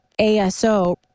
ASO